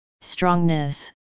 strongness